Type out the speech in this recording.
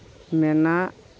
ᱢᱮᱱᱟᱜ